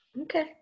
Okay